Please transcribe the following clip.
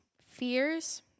fears